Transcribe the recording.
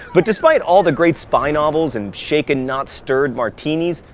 but despite all the great spy novels and shaken not stirred martinis,